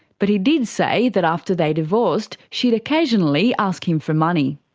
but he did say that after they divorced she'd occasionally ask him for money.